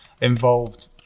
involved